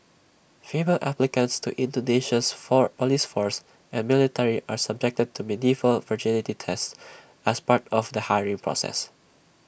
female applicants to Indonesia's for Police force and military are subjected to medieval virginity tests as part of the hiring process